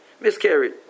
miscarried